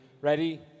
Ready